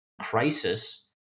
crisis